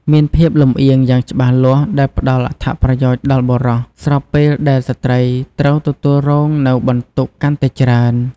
មានភាពលម្អៀងយ៉ាងច្បាស់លាស់ដែលផ្ដល់អត្ថប្រយោជន៍ដល់បុរស ស្របពេលដែលស្ត្រីត្រូវទទួលរងនូវបន្ទុកកាន់តែច្រើន។